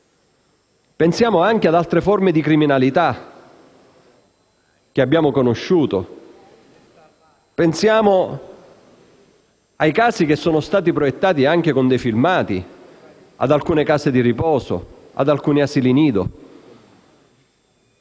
Pensiamo anche ad altre forme di criminalità che abbiamo conosciuto. Pensiamo ai casi dei quali sono stati proiettati anche dei filmati, come alcune case di riposo e alcuni asili nido.